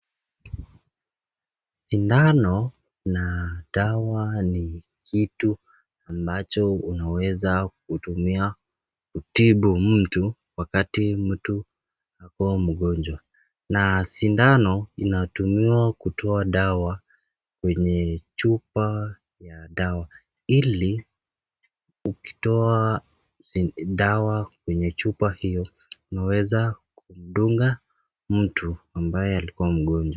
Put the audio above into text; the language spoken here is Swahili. Sindano na dawa ni kitu ambacho unaweza kutumia kutibu mtu wakati mtu anakua mgonjwa na sindano inatumiwa kutoa dawa kwenye chupa ya dawa. Ili ukitoa dawa kwenye chupa hiyo unaweza kudunga mtu ambaye alikua mgonjwa.